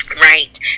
Right